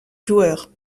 joueurs